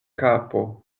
kapo